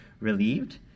relieved